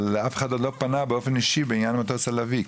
אבל אף אחד עוד לא פנה באופן אישי בעניין מטוס הלביא,